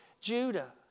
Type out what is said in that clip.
Judah